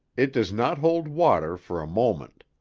it does not hold water for a moment.